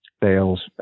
bales